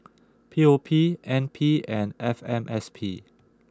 P O P N P and F M S P